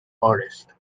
artist